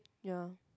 ya